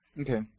Okay